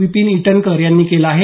विपीन इटनकर यांनी केलं आहे